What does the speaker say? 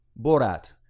Borat